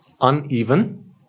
uneven